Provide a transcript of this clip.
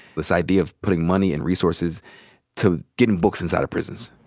this idea of putting money and resources to getting books inside of prisons.